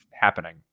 happening